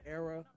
era